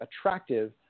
attractive